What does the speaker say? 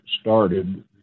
started